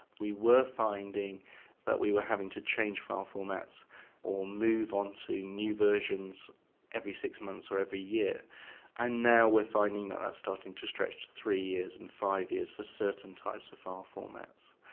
we were finding that we were having to change file formats or move onto new versions every six months or every year and now we're finding that that's starting to stretch to three years and five years for certain types of file formats,